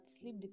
sleep